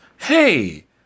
Hey